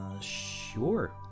sure